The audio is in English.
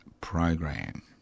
program